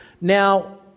Now